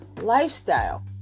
lifestyle